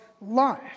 life